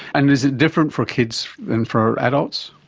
and is it different for kids and for adults?